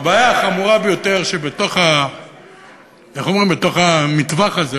הבעיה החמורה ביותר היא שבתוך המטווח הזה,